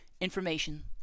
Information